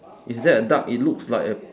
is that a duck it looks like a